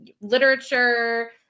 literature